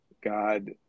God